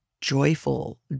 joyful